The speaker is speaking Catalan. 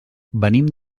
venim